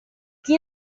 chi